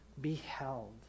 Beheld